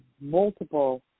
multiple